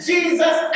Jesus